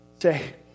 say